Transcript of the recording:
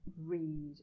read